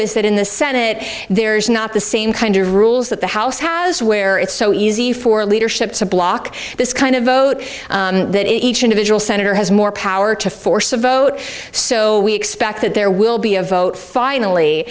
is that in the senate there's not the same kind of rules that the house has where it's so easy for leadership to block this kind of vote that each individual senator has more power to force a vote so we expect that there will be a vote finally